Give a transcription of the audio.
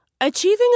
Achieving